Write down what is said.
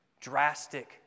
drastic